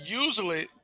Usually